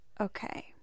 okay